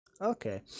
Okay